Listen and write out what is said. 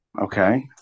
Okay